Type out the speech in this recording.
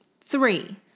Three